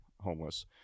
homeless